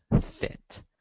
fit